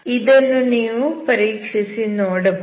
ಇದನ್ನು ನೀವು ಪರೀಕ್ಷಿಸಿ ನೋಡಬಹುದು